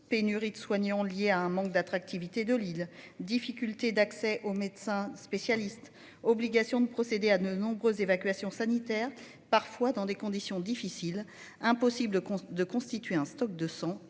Pénurie de soignants lié à un manque d'attractivité de Lille, difficultés d'accès aux médecins spécialistes, obligation de procéder à de nombreuses évacuations sanitaires parfois dans des conditions difficiles. Impossible de constituer un stock de 100